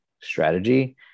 strategy